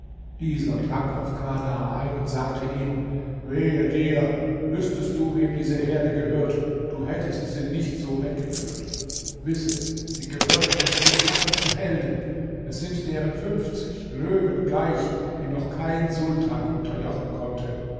dieser drang auf kana ein und sagte ihm wehe dir wüßtest du wem diese herde gehört du hättest sie nicht so weggeführt wisse sie gehört den cirkassischen helden es sind deren fünfzig löwen gleich die noch kein sultan unterjochen konnte